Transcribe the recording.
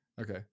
Okay